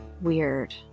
weird